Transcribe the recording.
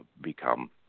become